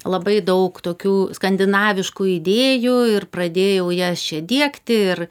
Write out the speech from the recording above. labai daug tokių skandinaviškų idėjų ir pradėjau jas čia diegti ir